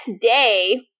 day